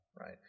right